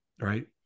right